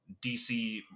DC